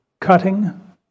cutting